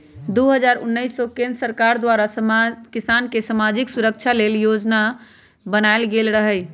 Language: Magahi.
दू हज़ार उनइस में केंद्र सरकार द्वारा किसान के समाजिक सुरक्षा लेल जोजना बनाएल गेल रहई